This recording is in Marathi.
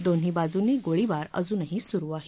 दोन्ही बाजूंनी गोळीबार अजूनही सुरु आहे